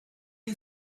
you